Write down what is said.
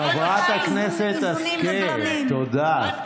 חברת הכנסת השכל, תודה.